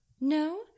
No